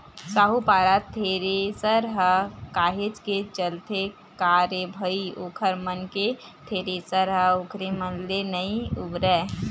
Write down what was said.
साहूपारा थेरेसर ह काहेच के चलथे का रे भई ओखर मन के थेरेसर ह ओखरे मन ले नइ उबरय